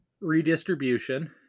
redistribution